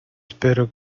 espero